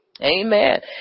Amen